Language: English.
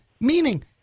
Meaning